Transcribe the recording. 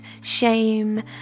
shame